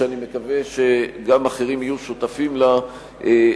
שאני מקווה שגם אחרים יהיו שותפים לה,